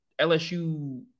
LSU –